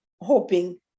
hoping